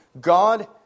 God